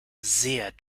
sehr